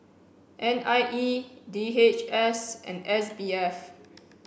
N I E D H S and S B F